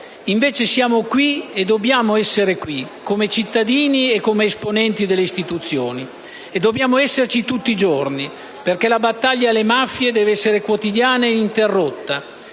Invece siamo qui, e dobbiamo essere qui come cittadini e come esponenti delle istituzioni! E dobbiamo esserci tutti i giorni, perché la battaglia alle mafie deve essere quotidiana e ininterrotta,